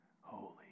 holy